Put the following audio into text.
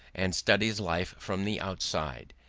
and studies life from the outside.